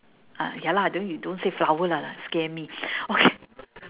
uh ya lah then you don't say flower lah lah scare me okay